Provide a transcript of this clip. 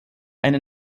eine